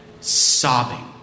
sobbing